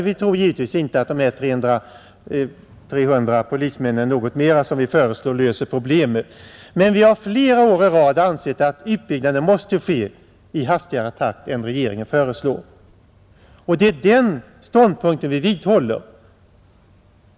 Vi tror givetvis inte att de ytterligare något mer än 300 polismanstjänster som vi föreslår löser problemet, men vi har flera år i rad ansett att utbyggnaden måste ske i hastigare takt än regeringen föreslår, och det är den ståndpunkten vi vidhåller.